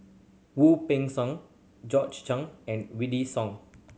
Wu Peng Seng Chen and Wykidd Song